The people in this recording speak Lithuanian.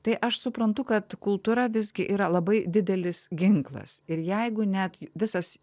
tai aš suprantu kad kultūra visgi yra labai didelis ginklas ir jeigu net visas